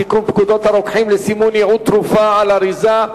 הצעת חוק לתיקון פקודת הרוקחים (סימון ייעוד תרופה על האריזה),